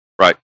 right